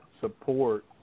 support